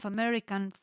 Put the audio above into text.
American